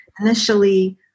initially